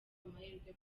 amahirwe